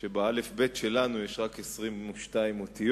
שבאל"ף-בי"ת שלנו יש רק 22 אותיות,